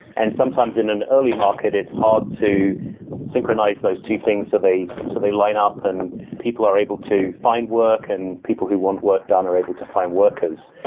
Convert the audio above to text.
and sometimes in an early market, it's hard to synchronize those two things so they so they lineup and people are able to find work and people who want work done are able to find workers.